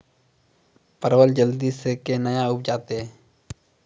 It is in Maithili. परवल जल्दी से के ना उपजाते?